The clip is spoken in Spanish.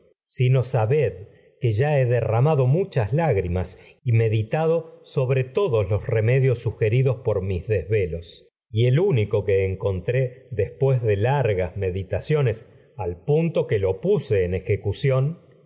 sino sabed que ya muchas lágri y meditado sobre todos los remedios sugeridos por que mis desvelos y el único encontré después de lar gas a meditaciones al cuñado punto lo puse en ejecución